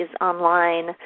online